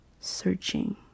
searching